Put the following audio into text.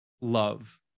love